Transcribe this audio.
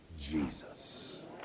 Jesus